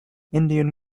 indian